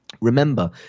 remember